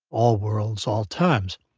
all worlds, all times.